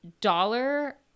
dollar